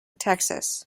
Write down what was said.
texas